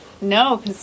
no